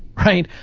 right?